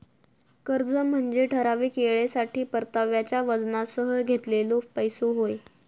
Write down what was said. कर्ज म्हनजे ठराविक येळेसाठी परताव्याच्या वचनासह घेतलेलो पैसो होय